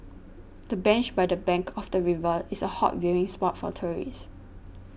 the bench by the bank of the river is a hot viewing spot for tourists